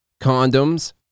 condoms